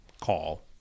call